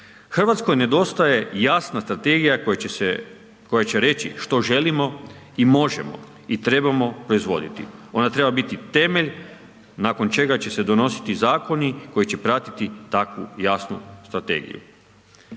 Hrvatskoj nedostaje jasna strategija koja će reći što želimo i možemo i trebamo proizvoditi. Ona treba biti temelj nakon čega će se donositi zakoni koji će pratiti takvu jasnu strategiju.